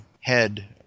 Head